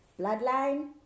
bloodline